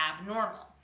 abnormal